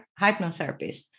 hypnotherapist